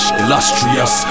illustrious